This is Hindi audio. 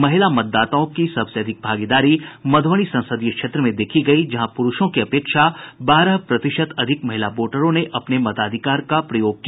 महिला वोटरों की सबसे अधिक भागीदारी मधुबनी संसदीय क्षेत्र में देखी गयी जहां पुरूषों की अपेक्षा बारह प्रतिशत अधिक महिला वोटरों ने अपने मताधिकार का प्रयोग किया